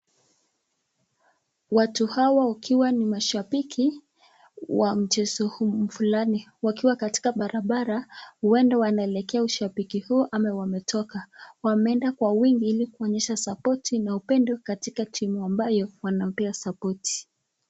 Watu hawa wakiwa ni mashambiki wa mchezo huu fulani wakiwa katika barabara, ueda wanaelekea ushamiki huo ama wamechoka. Wameeda kwa wingi ili kuonyesha support na upendo katika timu ambayo wanapea support .